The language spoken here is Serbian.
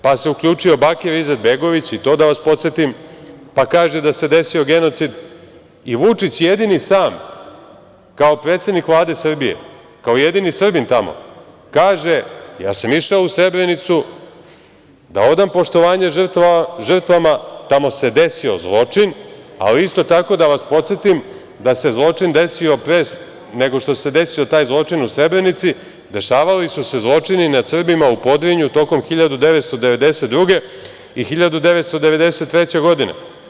Pa se uključio Bakir Izetbegović i to da vas podsetim, pa kaže da se desio genocid i Vučić jedino sam kao predsednik Vlade Srbije, kao jedini Srbin tamo kaže - ja sam išao u Srebrenicu da odam poštovanje žrtvama, tamo se desio zločin, ali isto tako da vas podsetim da se zločin desio pre nego što se desio taj zločin u Srebrenici, dešavali su se zločini nad Srbima u Podrinju tokom 1992. i 1993. godine.